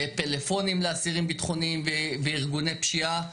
פלאפונים לאסירים ביטחוניים וארגוני פשיעה.